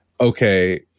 okay